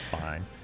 Fine